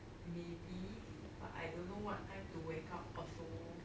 maybe but I don't know what time to wake up also